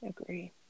Agree